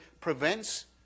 prevents